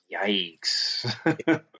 yikes